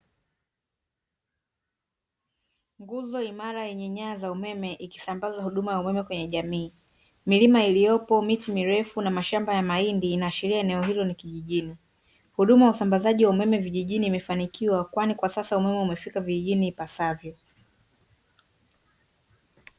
Nguzo imara yenye nyaya za umeme ikisambaza huduma ya umeme kwenye jamii. Milima iliyopo, miti mirefu na mashamba ya mahindi inaashiria eneo hilo ni kijijini. Huduma ya usambazaji wa umeme vijijini imefanikiwa kwani kwa sasa umeme umefika vijijini ipasavyo.